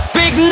big